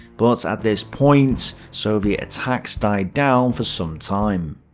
but at this point, soviet attacks died down for some time.